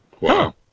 Wow